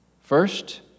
First